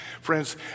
Friends